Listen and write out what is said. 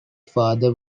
father